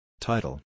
Title